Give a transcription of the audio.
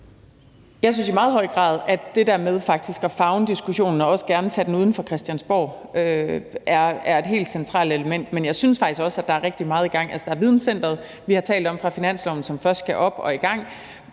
Jeg synes i meget høj grad, at det der med faktisk at favne diskussionen og også gerne tage den uden for Christiansborg er et helt centralt element. Men jeg synes faktisk også, at der er rigtig meget i gang. Der er videncenteret fra finansloven, som vi har talt om, der først skal op og i gang.